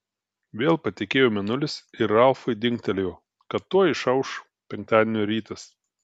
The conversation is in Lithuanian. vėl patekėjo mėnulis ir ralfui dingtelėjo kad tuoj išauš penktadienio rytas